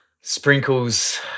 Sprinkles